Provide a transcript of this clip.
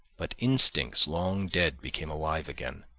but instincts long dead became alive again.